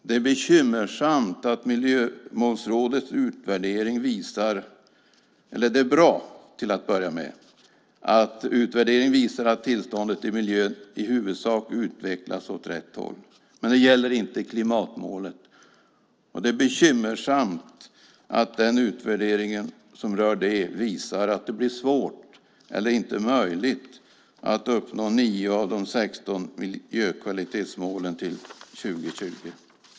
Det är bra att en utvärdering visar att tillståndet i miljön i huvudsak utvecklas åt rätt håll, men det gäller inte klimatmålet. Det är bekymmersamt att den utvärdering som rör det målet visar att det blir svårt, eller inte möjligt, att uppnå 9 av de 16 miljökvalitetsmålen till 2020.